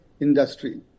industry